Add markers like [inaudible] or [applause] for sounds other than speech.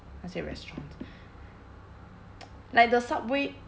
那些 restaurants [noise] like the subway